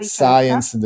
science